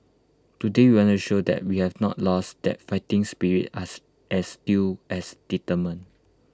today we wanna show that we have not lost that fighting spirit us as still as determined